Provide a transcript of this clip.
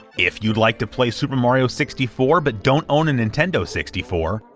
if you'd like to play super mario sixty four but don't own a nintendo sixty four,